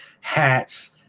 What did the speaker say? hats